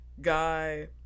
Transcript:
guy